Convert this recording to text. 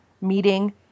meeting